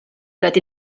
dret